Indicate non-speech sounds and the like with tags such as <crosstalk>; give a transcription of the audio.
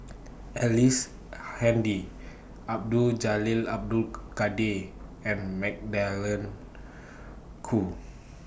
<noise> Ellice Handy Abdul Jalil Abdul Kadir and Magdalene Khoo